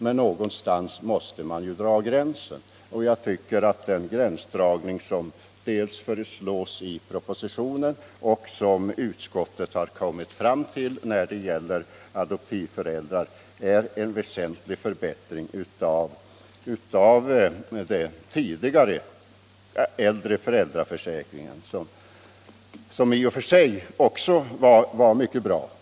Men någonstans måste man — Nr 119 dra gränsen. Jag anser att den gränsdragning som föreslås i propositionen Torsdagen den och den gränsdragning som utskottet kommit fram till när det gäller 6 maj 1976 adoptivföräldrar innebär en väsentlig förbättring av de förmåner som —K tidigare gällt inom föräldraförsäkringen och som även de i och för sig — Föräldraförsäkringvar mycket bra.